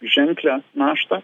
ženklią naštą